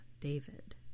David